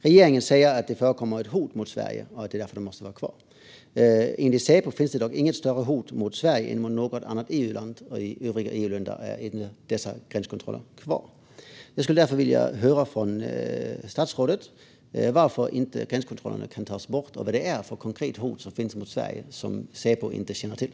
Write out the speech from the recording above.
Regeringen säger att det förekommer ett hot mot Sverige och att det är därför de måste vara kvar. Enligt Säpo finns det dock inget större hot mot Sverige än mot något annat EU-land, och i övriga EU-länder är inte dessa gränskontroller kvar. Jag skulle därför vilja höra från statsrådet varför gränskontrollerna inte kan tas bort och vad det är för konkret hot som finns mot Sverige som Säpo inte känner till.